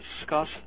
discuss